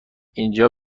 اینجا